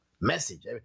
message